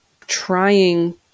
Trying